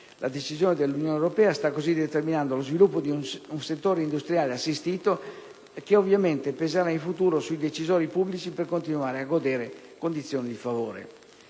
La decisione dell'Unione europea sta cosi determinando lo sviluppo di un settore industriale assistito, che ovviamente peserà in futuro sui decisori pubblici per continuare a godere di condizioni di favore.